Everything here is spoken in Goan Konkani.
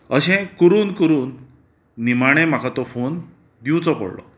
अशें करून करून निमाणें म्हाका तो फोन दिवचो पडलो